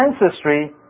ancestry